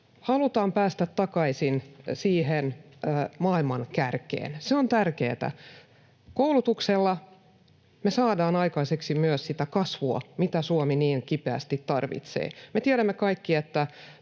halutaan päästä takaisin siihen maailman kärkeen. Se on tärkeätä. Koulutuksella me saadaan aikaiseksi myös sitä kasvua, mitä Suomi niin kipeästi tarvitsee. Me tiedämme kaikki,